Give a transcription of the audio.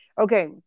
Okay